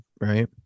Right